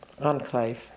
enclave